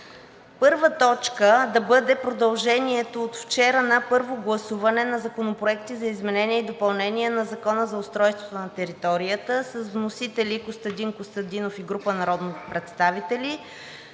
първа точка да бъде продължението от вчера на Първо гласуване на законопроекти за изменение и допълнение на Закона за устройство на територията с вносители Костадин Костадинов и група народни представители;